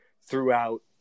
throughout